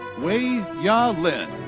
way ya lin.